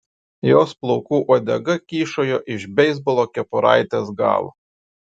jos plaukų uodega kyšojo iš beisbolo kepuraitės galo